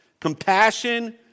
Compassion